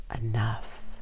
enough